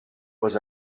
was